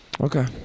Okay